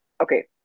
okay